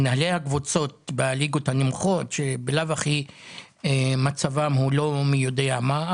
מנהלי הקבוצות בליגות הנמוכות שבלאו הכי מצבם הוא לא מי יודע מה,